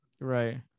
Right